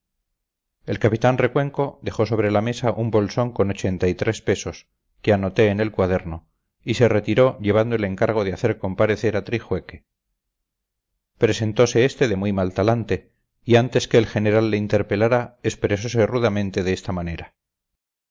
el capitán recuenco dejó sobre la mesa un bolsón con ochenta y tres pesos que anoté en el cuaderno y se retiró llevando el encargo de hacer comparecer a trijueque presentose este de muy mal talante y antes que el general le interpelara expresose rudamente de esta manera